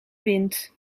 wint